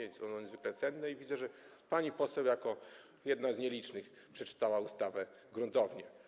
Jest ono niezwykle cenne i widzę, że pani poseł jako jedna z nielicznych przeczytała ustawę gruntownie.